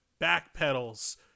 backpedals